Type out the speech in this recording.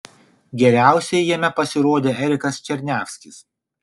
geriausiai jame pasirodė erikas černiavskis